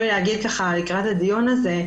לקראת הדיון הזה,